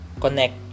connect